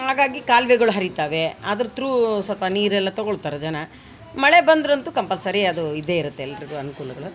ಹಾಗಾಗಿ ಕಾಲುವೆಗಳು ಹರಿತವೆ ಅದ್ರ ತ್ರೂ ಸ್ವಲ್ಪ ನೀರೆಲ್ಲ ತೊಗೊಳ್ತಾರೆ ಜನ ಮಳೆ ಬಂದ್ರಂತೂ ಕಂಪಲ್ಸರಿ ಅದು ಇದ್ದೇ ಇರುತ್ತೆ ಎಲ್ರಿಗೂ ಅನುಕೂಲಗಳು